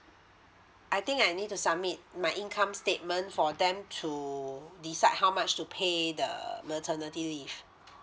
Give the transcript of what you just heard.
I think I need to submit my income statement for them to decide how much to pay the maternity leave